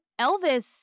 Elvis